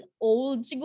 old